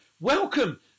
Welcome